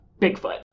Bigfoot